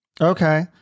Okay